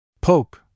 Pope